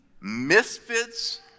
Misfits